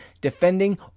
defending